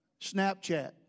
Snapchat